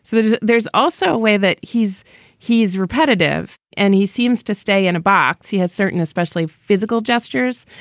so there's there's also a way that he's he's repetitive and he seems to stay in a box. he has certain especially physical gestures,